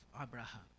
Abraham